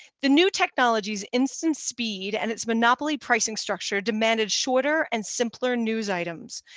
the new technologies instant speed and its monopoly pricing structure demanded shorter and simpler news items,